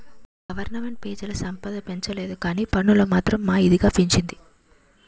government పెజల సంపద పెంచలేదుకానీ పన్నులు మాత్రం మా ఇదిగా పెంచింది